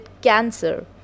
cancer